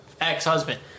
ex-husband